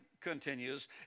continues